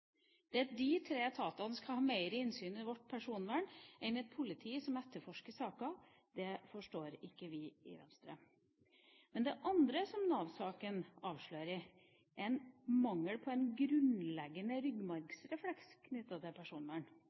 Det at de tre etatene skal ha mer innsyn i vårt personvern enn et politi som etterforsker saker, forstår ikke vi i Venstre. Men det andre som Nav-saken avslører, er en mangel på en grunnleggende ryggmargsrefleks knyttet til personvern.